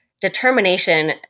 determination